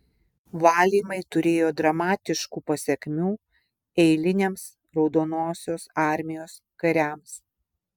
valymai turėjo dramatiškų pasekmių eiliniams raudonosios armijos kariams